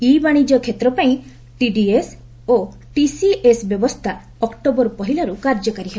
ଇ ବାଣିଜ୍ୟ କ୍ଷେତ୍ରପାଇଁ ଟିଡିଏସ୍ ଓ ଟିସିଏସ୍ ବ୍ୟବସ୍ଥା ଅକ୍ଟୋବର ପହିଲାରୁ କାର୍ଯ୍ୟକାରୀ ହେବ